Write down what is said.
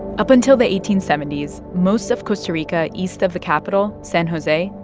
up until the eighteen seventy s, most of costa rica east of the capital, san jose,